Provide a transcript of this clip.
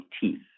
teeth